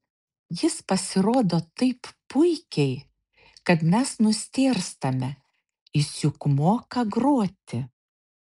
jis pasirodo taip puikiai kad mes nustėrstame jis juk moka groti